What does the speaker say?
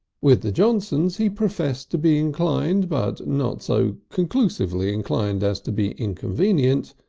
with the johnsons he professed to be inclined, but not so conclusively inclined as to be inconvenient,